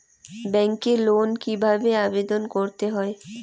ব্যাংকে লোন কিভাবে আবেদন করতে হয়?